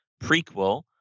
prequel